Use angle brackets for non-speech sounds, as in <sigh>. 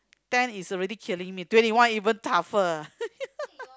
ten is already killing me twenty one even tougher ah <laughs>